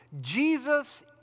Jesus